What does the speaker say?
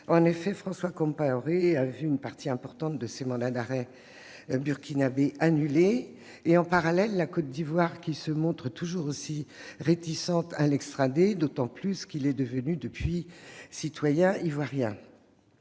En effet, François Compaoré a vu une partie importante de ses mandats d'arrêt burkinabés annulée. En parallèle, la Côte d'Ivoire se montre toujours aussi réticente à l'extrader, d'autant qu'il est devenu depuis citoyen ivoirien.